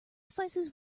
slices